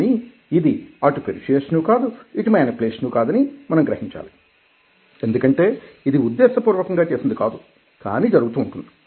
కానీ ఇది అటు పెర్స్యుయేసనూ కాదు ఇటు మేనిప్యులేషనూ కాదని మనం గ్రహించాలి ఎందుకంటే ఇది ఉద్దేశపూర్వకంగా చేసినది కాదు కానీ జరగుతూ వుంటుంది